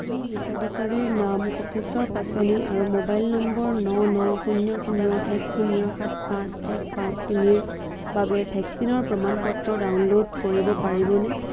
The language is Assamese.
আপুনি হিতাধিকাৰীৰ নাম কোষেশ্বৰ পাচনি আৰু মোবাইল নম্বৰ ন ন শূন্য শূন্য এক শূন্য সাত পাঁচ এক পাঁচ তিনিৰ বাবে ভেকচিনৰ প্ৰমাণ পত্ৰ ডাউনলোড কৰিব পাৰিবনে